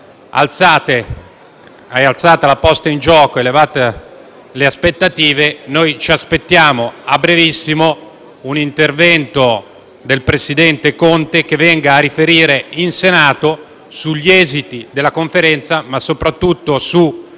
stata alzata la posta in gioco ed erano state elevate le aspettative, noi ci aspettiamo a brevissimo un intervento del presidente Conte, che venga a riferire in Senato sugli esiti della Conferenza, ma soprattutto sui